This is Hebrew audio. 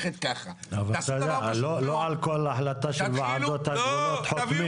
לא על כל החלטה של ועדות הגבולות חותמים.